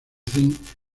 zinc